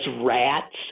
rats